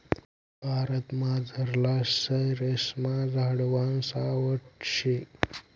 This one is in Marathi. भारतमझारला शेरेस्मा झाडवान सावठं शे